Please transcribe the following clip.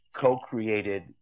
co-created